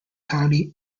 county